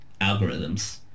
algorithms